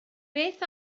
beth